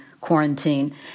quarantine